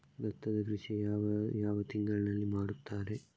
ಭತ್ತದ ಕೃಷಿ ಯಾವ ಯಾವ ತಿಂಗಳಿನಲ್ಲಿ ಮಾಡುತ್ತಾರೆ?